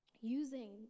using